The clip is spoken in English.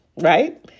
Right